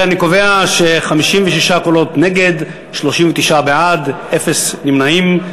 אני קובע ש-56 קולות נגד, 39 בעד, אפס נמנעים.